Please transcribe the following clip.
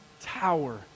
tower